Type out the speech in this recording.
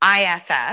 IFF